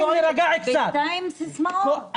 בינתיים --- רק סיסמאות.